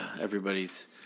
Everybody's